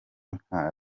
nka